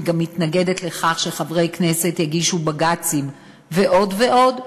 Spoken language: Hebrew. היא גם מתנגדת לכך שחברי כנסת יגישו בג"צים ועוד ועוד.